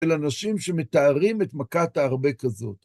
של אנשים שמתארים את מכת הארבה כזאת.